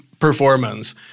performance